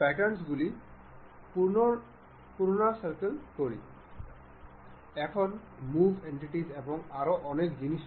এই স্ক্রুটির জন্য এই মেটর নির্বাচনের জন্য দুটি নাট এবং বোল্টের অ্যাক্সেসের প্রয়োজন